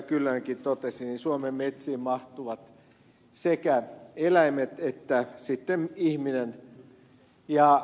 kyllönenkin totesi suomen metsiin mahtuvat sekä eläimet että ihminen